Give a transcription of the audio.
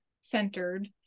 centered